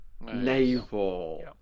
naval